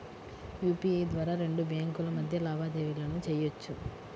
UPI ద్వారా రెండు బ్యేంకుల మధ్య లావాదేవీలను చెయ్యొచ్చు